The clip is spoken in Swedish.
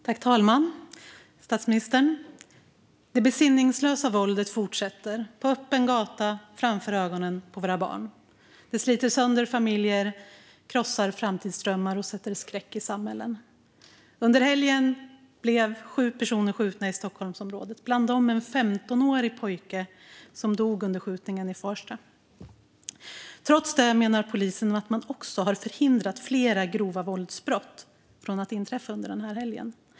Herr talman och statsministern! Det besinningslösa våldet fortsätter på öppen gata, framför ögonen på våra barn. Det sliter sönder familjer, krossar framtidsdrömmar och sätter skräck i samhällen. Under helgen blev sju personer skjutna i Stockholmsområdet, bland dem en 15-årig pojke som dog under skjutningen i Farsta. Trots det menar polisen att man också har förhindrat flera grova våldsbrott från att inträffa under denna helg.